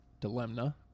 dilemma